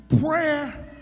prayer